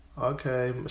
okay